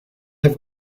have